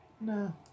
No